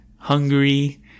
Hungry